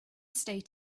state